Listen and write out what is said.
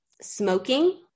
smoking